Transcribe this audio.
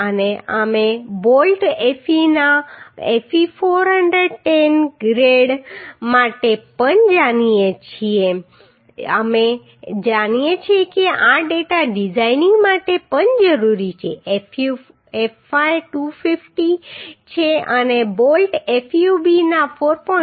અને અમે bolt Fe ના Fe 410 ગ્રેડ માટે પણ જાણીએ છીએ અમે જાણીએ છીએ કે આ ડેટા ડિઝાઇનિંગ માટે પણ જરૂરી હશે Fu fy 250 છે અને બોલ્ટ fub ના 4